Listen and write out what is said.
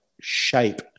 shape